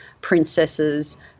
princesses